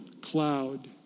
cloud